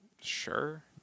sure